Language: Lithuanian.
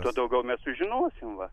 tuo daugiau mes sužinosim va